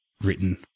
written